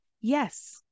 Yes